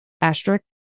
asterisk